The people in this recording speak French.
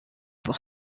pour